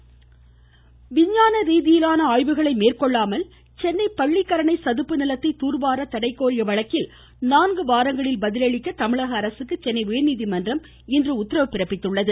மமமமம சஞ்ஜீப் பானர்ஜி விஞ்ஞான ரீதியிலான ஆய்வுகளை மேற்கொள்ளாமல் சென்னை பள்ளிக்கரணை சதுப்பு நிலத்தை தூர்வார தடை கோரிய வழக்கில் நான்கு வாரங்களில் பதிலளிக்க தமிழக அரசுக்கு சென்னை உயா்நீதிமன்றம் இன்று உத்தரவிட்டது